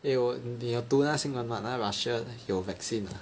eh 我你有读那个新闻吗那个 Russia 有 vaccine ah